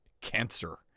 cancer